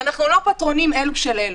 ואנחנו לא פטרונים אלה של אלה.